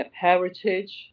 heritage